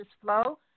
Flow